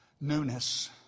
Newness